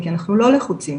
כי אנחנו לא לחוצים,